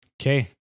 Okay